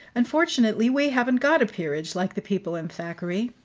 unfortunately we haven't got a peerage, like the people in thackeray.